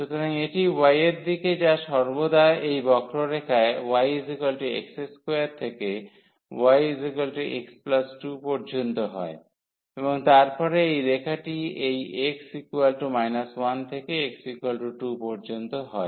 সুতরাং এটি y এর দিকে যা সর্বদা এই বক্ররেখা y x2 থেকে y x 2 পর্যন্ত হয় এবং তারপরে এই রেখাটি এই x 1 থেকে x 2 পর্যন্ত হয়